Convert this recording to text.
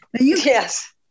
Yes